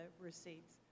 receipts